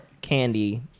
candy